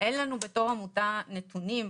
שאין לנו בתור עמותה נתונים,